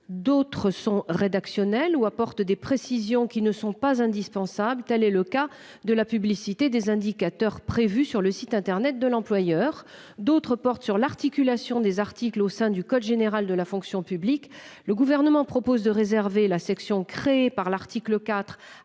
D'autres sont rédactionnels ou apporte des précisions qui ne sont pas indispensables, tel est le cas de la publicité des indicateurs prévus sur le site internet de l'employeur. D'autres portent sur l'articulation des articles au sein du code général de la fonction publique, le gouvernement propose de réserver la section créée par l'article